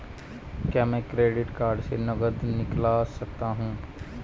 क्या मैं credit card से नकद निकाल सकता हूँ?